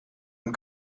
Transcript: een